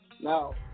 Now